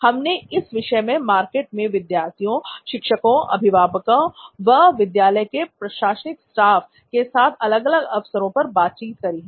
हमने इस विषय में मार्केट में विद्यार्थियों शिक्षकों अभिभावकों व विद्यालय के प्रशासनिक स्टाफ के साथ अलग अलग अवसरों पर बातचीत की है